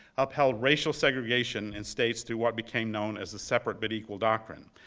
upheld racial segregation in states through what became known as the separate but equal doctrine.